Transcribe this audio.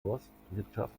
forstwirtschaft